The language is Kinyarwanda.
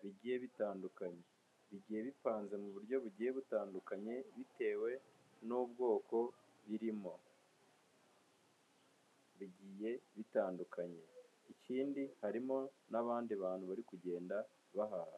bigiye bitandukanye. Bigiye bipanze mu buryo bugiye butandukanye bitewe n'ubwoko birimo, bigiye bitandukanye. Ikindi harimo n'abandi bantu bari kugenda bahaha.